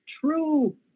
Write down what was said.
true